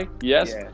yes